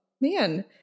man